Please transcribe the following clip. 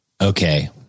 Okay